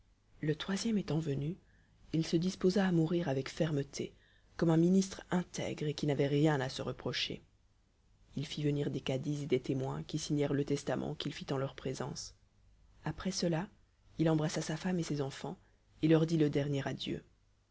le troisième étant venu il se disposa à mourir avec fermeté comme un ministre intègre et qui n'avait rien à se reprocher il fit venir des cadis et des témoins qui signèrent le testament qu'il fit en leur présence après cela il embrassa sa femme et ses enfants et leur dit le dernier adieu